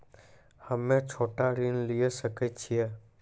हम्मे छोटा ऋण लिये सकय छियै?